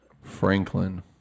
Franklin